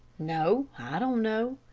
no, i don't know.